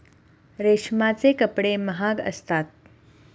रेशमाचे कपडे महाग असतात